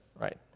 right